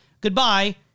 goodbye